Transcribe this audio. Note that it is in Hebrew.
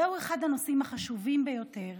זהו אחד הנושאים החשובים ביותר